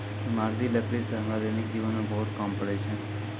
इमारती लकड़ी सें हमरा दैनिक जीवन म बहुत काम पड़ै छै